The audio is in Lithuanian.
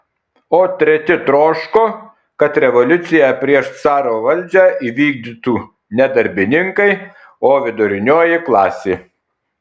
o treti troško kad revoliuciją prieš caro valdžią įvykdytų ne darbininkai o vidurinioji klasė